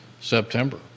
September